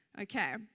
Okay